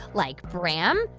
like bram,